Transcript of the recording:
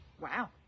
Wow